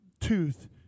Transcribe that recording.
tooth